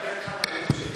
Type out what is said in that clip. לתת לך את הנאום שלי?